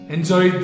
Enjoy